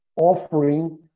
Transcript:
offering